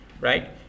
right